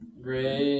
great